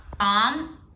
Tom